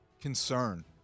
concern